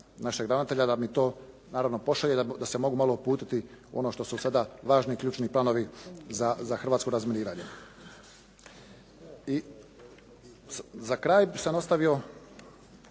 našeg ravnatelja da mi to naravno pošalje, da se mogu malo uputiti u ono što su sada važni ključni planovi za hrvatsko razminiranje. Za kraj sam ostavio